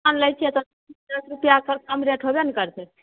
समान लै छियै तऽ दस रूपैआ एकर कम रेट होबे ने करतै